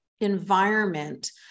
environment